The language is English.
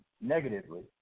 negatively